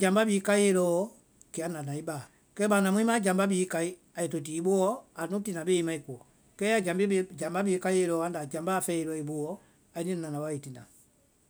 jambá bhii kaiɛ lɔɔ, kɛ anda na i ba, kɛ banda mu i ma jambá bee kái ai to ti i booɔ anu tina bee i mai koɔ. kɛ ya jame jambá bee káiɛ lɔɔ anda jambá fɛe i booɔ anuĩ nana wa i tina.